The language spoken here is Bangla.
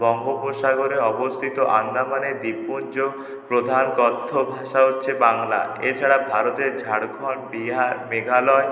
বঙ্গোপসাগরে অবস্থিত আন্দামানের দ্বীপপুঞ্জ প্রধান কথ্য ভাষা হচ্ছে বাংলা এছাড়া ভারতের ঝাড়খন্ড বিহার মেঘালয়